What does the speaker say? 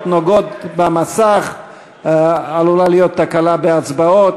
נוגעים במסך עלולה להיות תקלה בהצבעות,